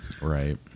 right